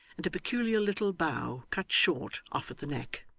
and a peculiar little bow cut short off at the neck,